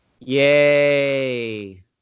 Yay